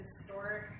historic